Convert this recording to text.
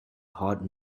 hard